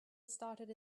started